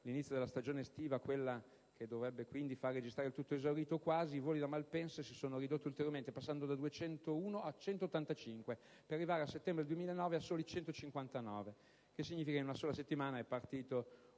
l'inizio della stagione estiva, quella che dovrebbe quindi far registrare il tutto esaurito o quasi, i voli su Malpensa si sono ridotti ulteriormente passando da 201 a 185, per arrivare a settembre 2009 a soli 159, il che significa che in una sola settimana è partito